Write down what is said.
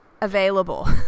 available